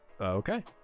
Okay